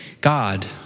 God